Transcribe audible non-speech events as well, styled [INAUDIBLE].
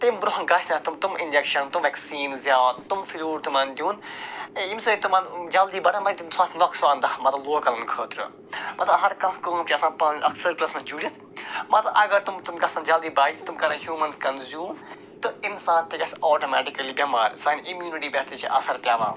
تَمہِ برٛونٛہہ گژھِ اَتھ تِم تِم اِنٛجَکشَن تِم وٮ۪کسیٖنٕز یا تِم فٕلیوٗڈ تِمَن دیُن ییٚمہِ سۭتۍ تِمَن جلدی [UNINTELLIGIBLE] نۄقصان داہ مطلب لوکَلَن خٲطرٕ مطلب ہر کانٛہہ کٲم چھِ آسان پَنٕنۍ اَکھ سٔرکٕلَس منٛز جُڑِتھ مطلب اگر تِم تِم گژھَن جلدی بَجہٕ تِم کَرَن ہیوٗمَن کَنٛزیوٗم تہٕ اِنسان تہِ گژھِ آٹومٮ۪ٹِکلی بٮ۪مار سانہِ اٮ۪میوٗنِٹی پٮ۪ٹھ تہِ چھِ اثر پٮ۪وان